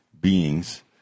beings